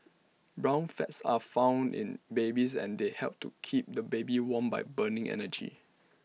brown fats are found in babies and they help to keep the baby warm by burning energy